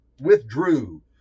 withdrew